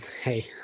hey